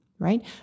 Right